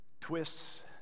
twists